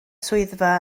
swyddfa